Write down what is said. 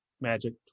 magic